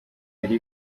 yari